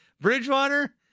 Bridgewater